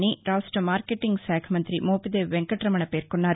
అని రాష్ట మార్కెటింగ్ శాఖ మంత్రి మోపిదేవి వెంకటరమణ పేర్కొన్నారు